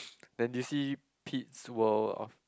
then did you see Pete's World of